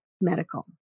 medical